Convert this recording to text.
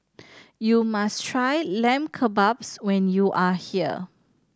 you must try Lamb Kebabs when you are here